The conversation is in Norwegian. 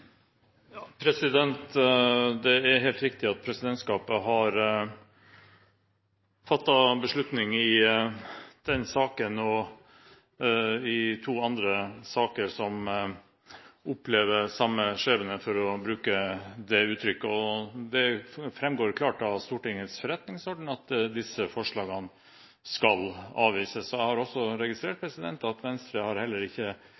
Det er helt riktig at presidentskapet har fattet beslutning i denne saken og i to andre saker som opplever samme skjebne – for å bruke det uttrykket. Det framgår klart av Stortingets forretningsorden at disse forslagene skal avvises. Jeg har også registrert at Venstre heller ikke